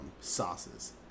sauces